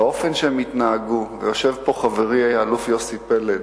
והאופן שבו הם התנהגו ויושב פה חברי האלוף יוסי פלד,